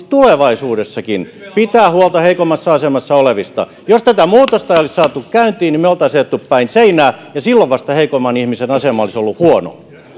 tulevaisuudessakin pitää huolta heikoimmassa asemassa olevista jos tätä muutosta ei olisi saatu käyntiin me olisimme ajaneet päin seinää ja silloin vasta heikoimman ihmisen asema olisi ollut huono